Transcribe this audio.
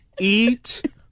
Eat